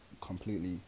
completely